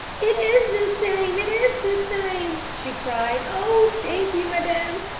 it is the same, it is the same! she cried. oh, thank you, madame!